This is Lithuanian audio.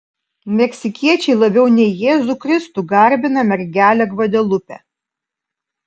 meksikiečiai labiau nei jėzų kristų garbina mergelę gvadelupę